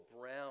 brown